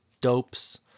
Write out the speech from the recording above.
dopes